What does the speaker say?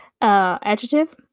Adjective